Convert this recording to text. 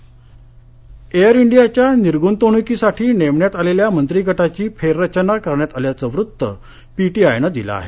Air India Air इंडियाच्या निर्गृतवणुकीसाठी नेमण्यात आलेल्या मंत्रीगटाची फेररचना करण्यात आल्याचं वृत्त पीटीआयनं दिलं आहे